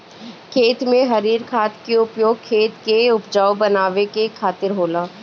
खेत में हरिर खाद के उपयोग खेत के उपजाऊ बनावे के खातिर होला